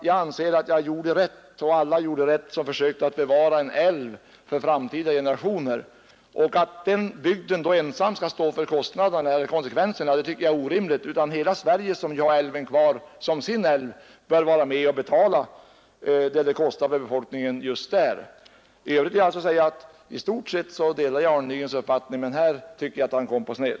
Jag anser att jag gjorde rätt och att alla gjorde rätt som försökte bevara en älv åt framtida generationer. Att den bygden ensam skall stå för kostnaderna eller konsekvenserna tycker jag är orimligt, utan hela Sverige som ju har älven kvar som sin älv bör vara med och betala vad det kostar för befolkningen just däruppe. I övrigt vill jag alltså säga att jag i stort sett delar Arne Nygrens uppfattning, men i denna fråga tycker jag att han kommit på sned.